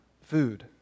food